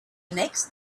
next